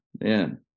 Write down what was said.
man